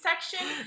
section